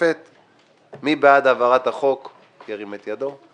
מי שבעד הרביזיה שלי ירים את ידו.